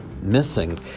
missing